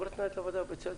אומרת מנהלת הוועדה, ובצדק,